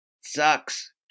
Sucks